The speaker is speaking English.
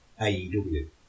AEW